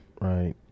Right